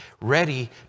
ready